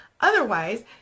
Otherwise